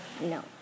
No